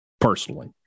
personally